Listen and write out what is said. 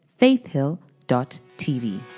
faithhill.tv